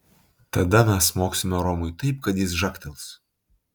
tada mes smogsime romui taip kad jis žagtels